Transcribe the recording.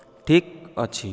ଠିକ ଅଛି